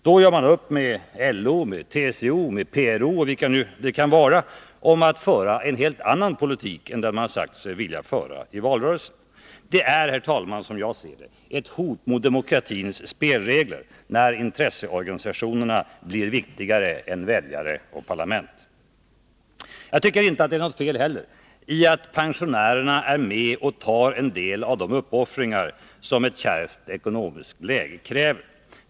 Då gör man upp med LO, med TCO, med PRO och vilka de nu kan vara, om att föra en helt annan politik än den man i valrörelsen sagt sig vilja föra. Det är, herr talman, som jag ser det, ett hot mot demokratins spelregler, när intresseorganisationerna blir viktigare än väljare och parlament. Det är inte heller något fel i att pensionärerna är med och tar en del av de uppoffringar som ett kärvt ekonomiskt läge kräver.